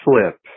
slip